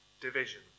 division